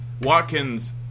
Watkins